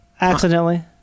accidentally